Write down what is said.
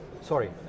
sorry